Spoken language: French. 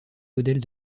modèles